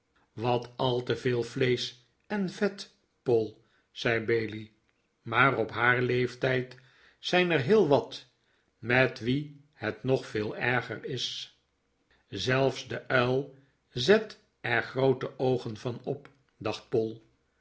wat al te veel vleesch en vet poll zei bailey t maar op haar leeftijd zijn er heel wat met wie het nog veel erger is zelfs de uil zet er groote oogen van op dacht poll